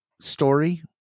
story